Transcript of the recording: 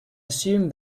assume